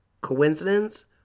Coincidence